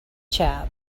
chap